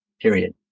Period